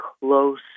close